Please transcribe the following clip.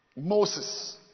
Moses